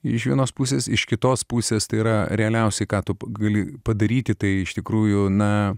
iš vienos pusės iš kitos pusės tai yra realiausi ką tu gali padaryti tai iš tikrųjų na